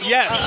Yes